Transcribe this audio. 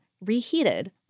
reheated